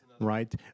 right